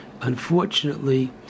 unfortunately